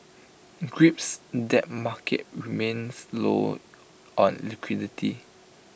grips debt market remains low on liquidity